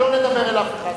בבקשה לא לדבר אל אף אחד.